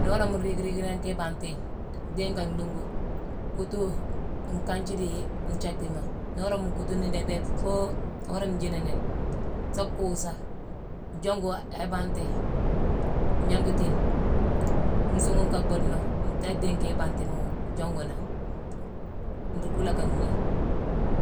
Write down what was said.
nii worama nrii-riigani nkéé ibanti yune, dhééye nka nhuungu kuutu nkanji dii nthiécktima. Nii worama mu kuutuni déck déck foo worama njiini ni, sa kuusa, jongu a- a- ibanti yune, gnangitine, nsuughu nka bhuudena, ntaa dhééye nkéé ibantimo jongu nangh, nruu kuulé ka gnii.